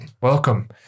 welcome